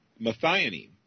methionine